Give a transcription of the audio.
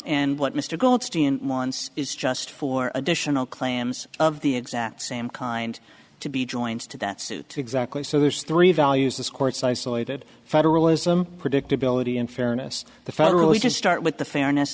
and what mr goldstein months is just for additional claims of the exact same kind to be joins to that suit exactly so there's three values this court's isolated federalism predictability and fairness the federal you just start with the fairness